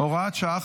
הוראת שעה,